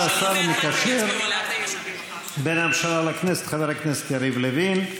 תודה לשר המקשר בין הממשלה לכנסת חבר הכנסת יריב לוין.